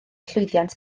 llwyddiant